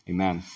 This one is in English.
Amen